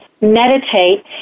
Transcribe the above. meditate